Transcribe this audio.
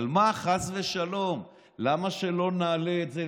אבל מה, חס ושלום, למה שלא נעלה את זה?